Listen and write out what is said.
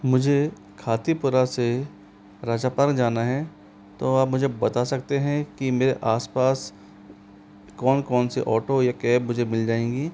मुझे खातीपुरा से राजा पार्क जाना है तो आप मुझे बता सकते हैं कि मेरे आस पास कौन कौन से ऑटो या कैब मुझे मिल जाएंगी